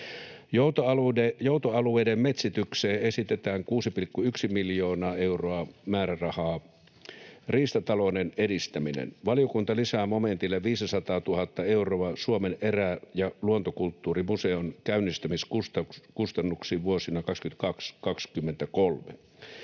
Joutoalueiden metsitykseen esitetään 6,1 miljoonaa euroa määrärahaa. Riistatalouden edistäminen: Valiokunta lisää momentille 500 000 euroa Suomen erä‑ ja luontokulttuurimuseon käynnistämiskustannuksiin vuosina 22 ja 23.